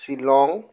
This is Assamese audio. শ্বিলং